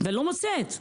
ולא מוצאת.